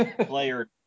player